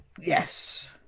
yes